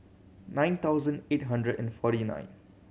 nine thousand eight hundred and forty nine